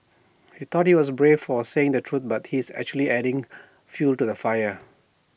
he thought he's brave for saying the truth but he's actually adding fuel to the fire